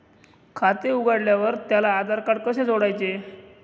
खाते उघडल्यावर त्याला आधारकार्ड कसे जोडायचे?